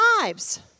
lives